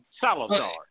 Salazar